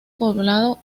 poblado